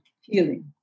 healing